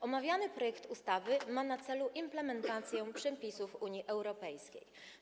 Omawiany projekt ustawy ma na celu implementację przepisów Unii Europejskiej.